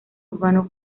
urbano